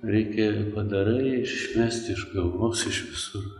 reikėjo padarai išmesti iš galvos iš visur